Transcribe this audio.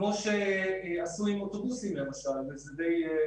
כמו שעשו עם אוטובוסים למשל, ששם זה די צלח.